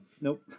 Nope